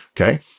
okay